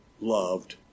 loved